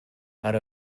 out